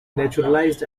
naturalized